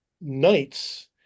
nights